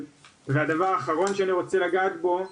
הדבר האחרון שאני רוצה לגעת בו,